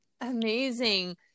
Amazing